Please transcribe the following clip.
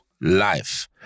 life